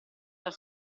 dal